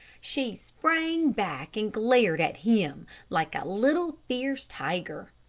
she sprang back and glared at him like a little, fierce tiger.